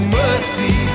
mercy